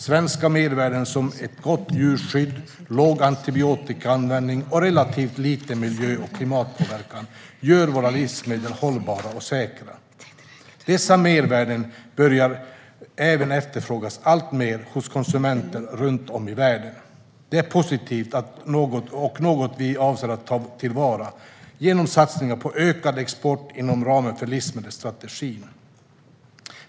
Svenska mervärden, som ett gott djurskydd, låg antibiotikaanvändning och relativt liten miljö och klimatpåverkan, gör våra livsmedel hållbara och säkra. Dessa mervärden börjar även efterfrågas alltmer hos konsumenter runt om i världen. Detta är positivt och något vi avser att ta vara på genom satsningar på ökad export inom ramen för livsmedelsstrategin.